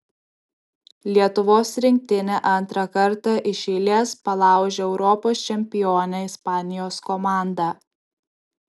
lietuvos rinktinė antrą kartą iš eilės palaužė europos čempionę ispanijos komandą